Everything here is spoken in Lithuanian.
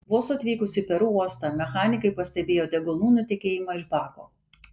vos atvykus į peru uostą mechanikai pastebėjo degalų nutekėjimą iš bako